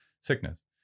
sickness